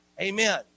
amen